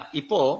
ipo